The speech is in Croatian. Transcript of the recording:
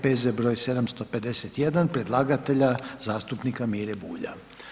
P.Z. broj 751 predlagatelja zastupnika Mire Bulja.